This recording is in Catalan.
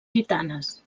gitanes